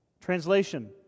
Translation